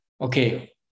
okay